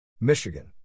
Michigan